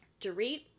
Dorit